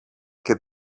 και